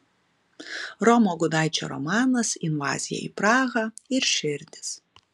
romo gudaičio romanas invazija į prahą ir širdis